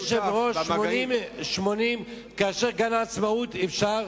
אדוני היושב-ראש, 80, כאשר גן העצמאות, אפשר